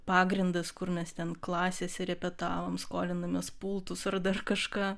pagrindas kur mes ten klasėse repetavom skolinomės pultus ar dar kažką